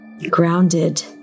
grounded